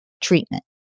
treatment